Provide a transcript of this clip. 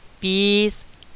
peace